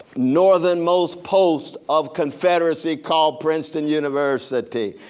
northern most post of confederacy called princeton university.